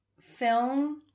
film